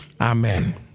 Amen